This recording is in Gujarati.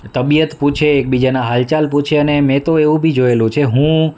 તબિયત પૂછે એકબીજાનાં હાલચાલ પૂછે અને મેં તો એવું બી જોયેલું છે હું